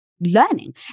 learning